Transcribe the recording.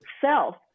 self